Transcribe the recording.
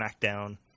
SmackDown